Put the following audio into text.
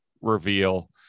reveal